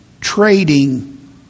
trading